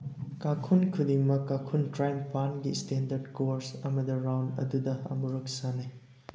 ꯀꯥꯈꯨꯟ ꯈꯨꯗꯤꯡꯃꯛ ꯀꯥꯈꯨꯟ ꯇꯔꯥꯅꯤꯄꯥꯜꯒꯤ ꯏꯁꯇꯦꯟꯗꯔꯠ ꯀꯣꯔꯁ ꯑꯃꯗ ꯔꯥꯎꯟ ꯑꯗꯨꯗ ꯑꯃꯨꯛꯂꯛ ꯁꯥꯟꯅꯩ